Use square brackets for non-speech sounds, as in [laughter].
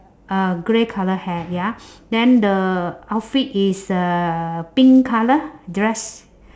uh grey colour hair ya [breath] then the outfit is uh pink colour dress